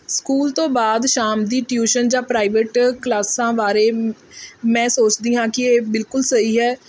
school ਤੋਂ ਬਾਅਦ ਸ਼ਾਮ ਦੀ ਟਿਊਸ਼ਨ ਜਾਂ ਪ੍ਰਾਈਵੇਟ ਕਲਾਸਾਂ ਬਾਰੇ ਮੈਂ ਸੋਚਦੀ ਹਾਂ ਕਿ ਇਹ ਬਿਲਕੁਲ ਸਹੀ ਹੈ